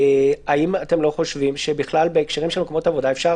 האם אתם לא חושבים שבהקשרים של מקומות עבודה אפשר